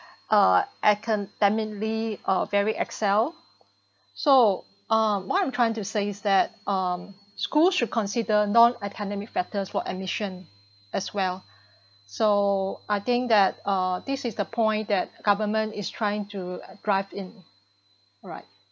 uh academically uh very excel so uh what I'm trying to say is that um schools should consider non-academic factors for admission as well so I think that uh this is the point that government is trying to drive in right